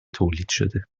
تولیدشده